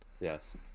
yes